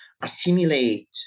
assimilate